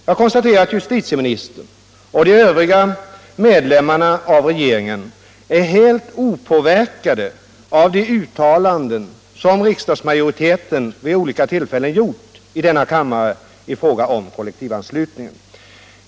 Jag konstaterar också att justitieministern och de övriga medlemmarna av regeringen är helt opåverkade av de uttalanden som riksdagsmajoriteten vid olika tillfällen gjort i denna kammare i fråga om kollektivanslutningen.